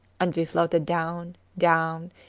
and we floated down, down,